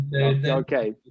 okay